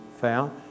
found